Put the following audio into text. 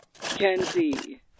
Kenzie